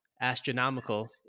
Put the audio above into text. astronomical